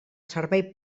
servei